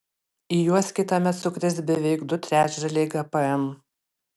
į juos kitąmet sukris beveik du trečdaliai gpm